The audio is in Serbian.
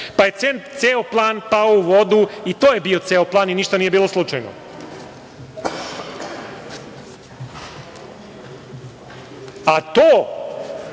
Pa je ceo plan pao u vodu i to je bio ceo plan i ništa nije bilo slučajno. To,